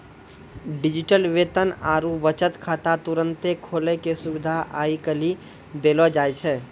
digital वेतन आरु बचत खाता तुरन्ते खोलै के सुविधा आइ काल्हि देलो जाय छै